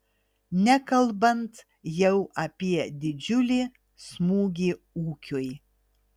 nekalbant jau apie didžiulį smūgį ūkiui